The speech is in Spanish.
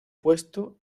puesto